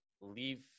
leave